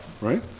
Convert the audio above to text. Right